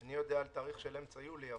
אני יודע על תאריך של אמצע יולי,